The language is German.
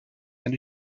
eine